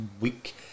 week